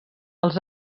els